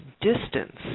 distance